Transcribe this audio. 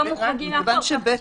בגלל שבית